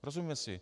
Rozumíme si?